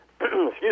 excuse